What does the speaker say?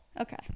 Okay